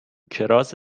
کراس